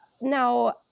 now